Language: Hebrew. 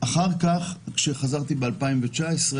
אחר כך, כשחזרתי לכנסת